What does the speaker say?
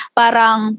parang